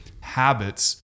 habits